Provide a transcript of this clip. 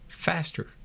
faster